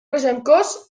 regencós